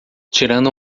tirando